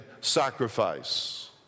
sacrifice